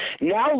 Now